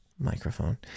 microphone